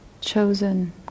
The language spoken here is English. chosen